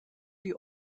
die